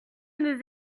nous